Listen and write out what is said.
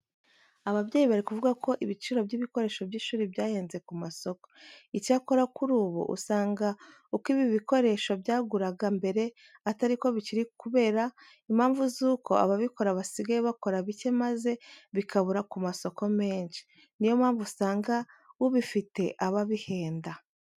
Ababyeyi bari kuvuga ko ibiciro by'ibikoresho by'ishuri byahenze ku masoko. Icyakora kuri ubu usanga uko ibi bikoresho byaguraga mbere atari ko bikiri kubera impamvu zuko ababikora basigaye bakora bike maze bikabura ku masoko menshi. Niyo mpamvu usanga ubifite aba abihenda.